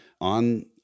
on